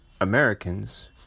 Americans